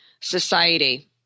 society